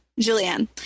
Julianne